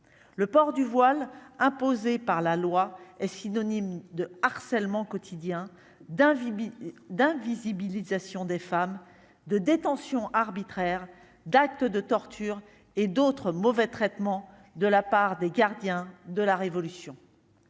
le port du voile imposé par la loi est synonyme de harcèlement quotidien d'un d'invisibilisation des femmes de détentions arbitraires, d'actes de torture et d'autres mauvais traitements de la part des gardiens de la révolution.